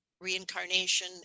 reincarnation